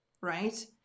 right